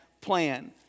plan